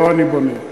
לא אני בונה,